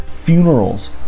funerals